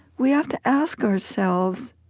we have to ask ourselves,